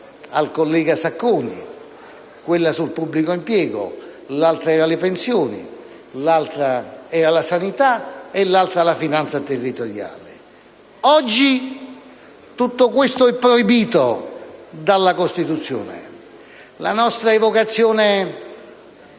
al Governo, quella sul pubblico impiego; una era sulle pensioni, un'altra sulla sanità e l'ultima sulla finanza territoriale. Oggi tutto questo è proibito dalla Costituzione. La nostra evocazione